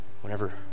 whenever